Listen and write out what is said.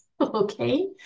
okay